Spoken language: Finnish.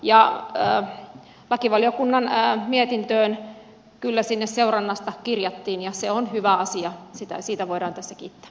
ja kyllä lakivaliokunnan mietintöön seurannasta kirjattiin ja se on hyvä asia siitä voidaan tässä kiittää